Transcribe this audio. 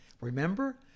Remember